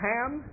Ham